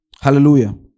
hallelujah